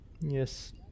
Yes